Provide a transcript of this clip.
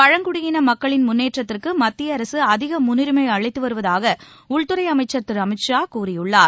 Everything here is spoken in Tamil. பழங்குடியின மக்களின் முன்னேற்றத்திற்கு மத்திய அரசு அதிக முன்னுரிமை அளித்து வருவதாக உள்துறை அமைச்சர் திரு அமித் ஷா கூறியுள்ளார்